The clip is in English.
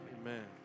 Amen